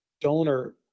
donor